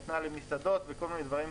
נתנה למסעדות ודברים כאלה.